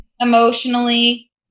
Emotionally